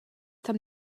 tam